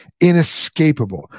inescapable